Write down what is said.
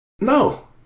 No